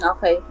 Okay